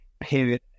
Period